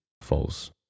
false